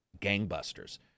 gangbusters